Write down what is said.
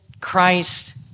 Christ